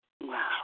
Wow